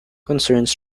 concerns